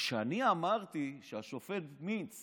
כשאני אמרתי שהשופט מינץ